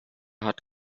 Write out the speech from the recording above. hat